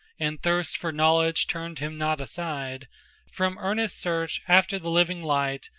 and thirst for knowledge turned him not aside from earnest search after the living light,